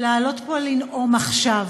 לעלות פה לנאום עכשיו